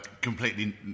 completely